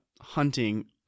hunting